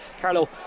Carlo